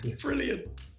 Brilliant